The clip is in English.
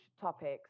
topics